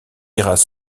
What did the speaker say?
iras